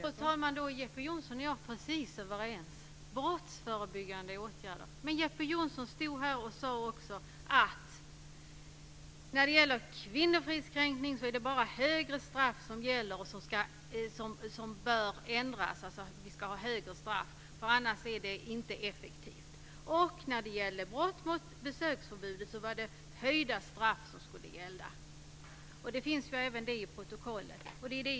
Fru talman! Då är Jeppe Johnsson och jag helt överens när det gäller brottsförebyggande åtgärder. Men Jeppe Johnsson stod också här och sade att när det gäller kvinnofridskränkning är det bara högre straff som gäller, för annars är det inte effektivt. Även när det gällde brott mot besöksförbud var det höjda straff som skulle gälla. Även detta finns väl i protokollet.